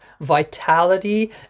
vitality